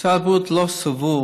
משרד הבריאות לא סבור